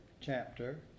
Chapter